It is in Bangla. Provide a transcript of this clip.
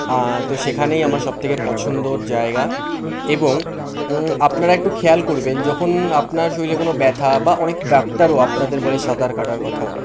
তো সেখানেই আমার সব থেকে পছন্দর জায়গা এবং আপনারা একটু খেয়াল করবেন যখন আপনার শরীরে কোনো ব্যথা বা অনেক ডাক্তারও আপনাদের বলে সাঁতার কাটার কথা